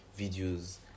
videos